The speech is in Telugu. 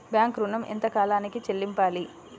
బ్యాంకు ఋణం ఎంత కాలానికి చెల్లింపాలి?